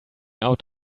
out